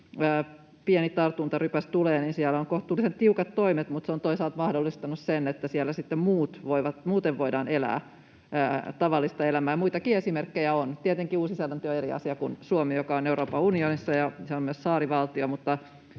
pieni tartuntarypäs tulee, niin siellä on kohtuullisen tiukat toimet, mutta se on toisaalta mahdollistanut sen, että siellä sitten muuten voidaan elää tavallista elämää. Muitakin esimerkkejä on. Tietenkin Uusi-Seelanti on eri asia kuin Suomi, joka on Euroopan unionissa, ja se on myös saarivaltio,